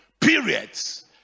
periods